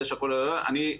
אני,